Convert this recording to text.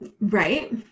right